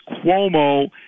Cuomo